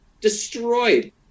destroyed